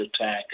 attack